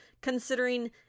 Considering